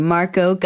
Marco